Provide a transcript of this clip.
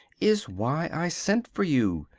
is why i sent for you.